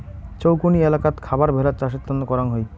চৌকনি এলাকাত খাবার ভেড়ার চাষের তন্ন করাং হই